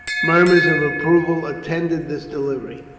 murmurs of approval attended this delivery.